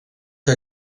que